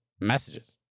messages